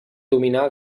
dominar